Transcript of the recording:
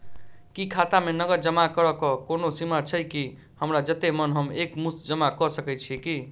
की खाता मे नगद जमा करऽ कऽ कोनो सीमा छई, की हमरा जत्ते मन हम एक मुस्त जमा कऽ सकय छी?